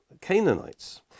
Canaanites